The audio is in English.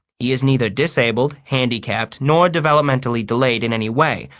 he is neither disabled, handicapped, nor developmentally delayed in any way,